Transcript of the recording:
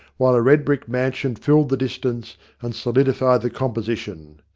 while a red brick mansion filled the distance and solidified the com position.